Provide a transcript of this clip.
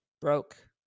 broke